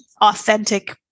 authentic